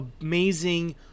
amazing